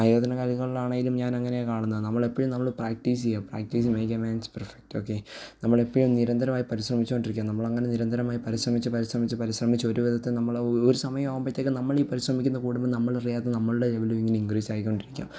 ആയോധനകലകളിലാണെങ്കിലും ഞാനങ്ങനെയാണ് കാണുന്നത് നമ്മളെപ്പോഴും നമ്മൾ പ്രാക്ടീസ് ചെയ്യും പ്രാക്ടീസ് മെയ്ക്ക് എ മാൻ പെർഫെക്റ്റൊക്കെ നമ്മളെപ്പോഴും നിരന്തരമായി പരിശ്രമിച്ചു കൊണ്ടിരിക്കുക നമ്മളങ്ങനെ നിരന്തരമായി പരിശ്രമിച്ച് പരിശ്രമിച്ച് പരിശ്രമിച്ചൊരു വിധത്തിൽ നമ്മളൊരു സമയാകുമ്പോഴത്തേക്കും നമ്മളീ പരിശ്രമിക്കുന്നത് കൂടുമ്പോൾ നമ്മളറിയാതെ നമ്മളുടെ ലെവലും ഇങ്ങനെ ഇങ്ക്രീസായി കൊണ്ടിരിക്കും